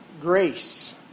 grace